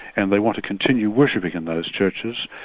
and they want to continue worshipping in those churches,